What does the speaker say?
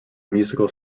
musical